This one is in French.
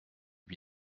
lui